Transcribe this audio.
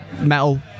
Metal